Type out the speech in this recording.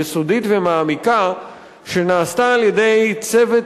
יסודית ומעמיקה שנעשתה על-ידי צוות